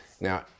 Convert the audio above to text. Now